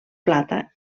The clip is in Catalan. plata